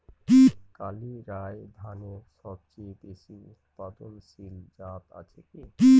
কালিরাই ধানের সবচেয়ে বেশি উৎপাদনশীল জাত আছে কি?